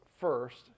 first